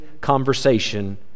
conversation